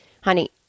Honey